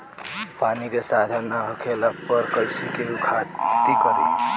पानी के साधन ना होखला पर कईसे केहू खेती करी